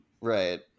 Right